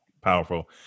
powerful